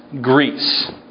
Greece